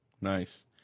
Nice